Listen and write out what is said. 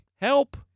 help